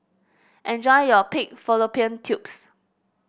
enjoy your Pig Fallopian Tubes